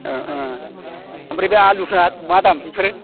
अ अ ओमफ्राय बे आलुफ्रा मा दाम बेफोरो